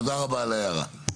תודה רבה על ההערה.